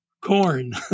corn